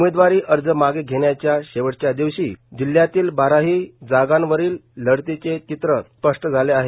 उमेदवारी अर्ज मागं घेण्याच्या शेवटच्या दिवशी जिल्ह्यातील बाराही जागांवरील लढतीचे चित्र स्पष्ट झाले आहेत